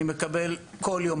אני מקבל כל יום,